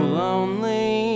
lonely